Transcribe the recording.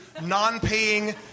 non-paying